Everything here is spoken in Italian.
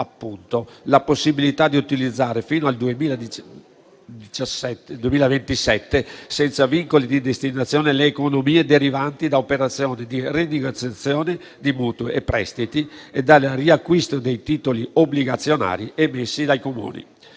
la possibilità di utilizzare fino al 2027, senza vincoli di destinazione, le economie derivanti da operazioni di rinegoziazione di mutui e prestiti e dal riacquisto dei titoli obbligazionari emessi dai Comuni.